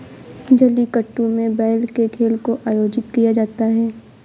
जलीकट्टू में बैल के खेल को आयोजित किया जाता है